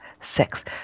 six